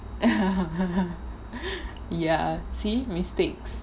ya see mistakes